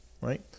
right